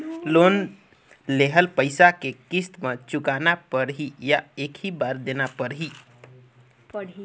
Loan लेहल पइसा के किस्त म चुकाना पढ़ही या एक ही बार देना पढ़ही?